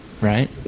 Right